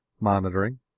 monitoring